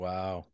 Wow